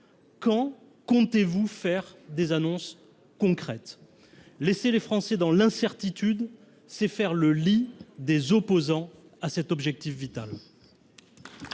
Quand comptez vous faire des annonces concrètes à cet égard ? Laisser les Français dans l’incertitude, c’est faire le lit des opposants à cet objectif vital.